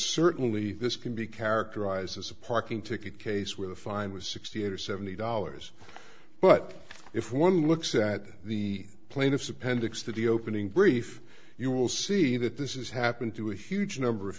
certainly this can be characterized as a parking ticket case where the fine was sixty or seventy dollars but if one looks at the plaintiff's appendix to the opening brief you will see that this is happened to a huge number of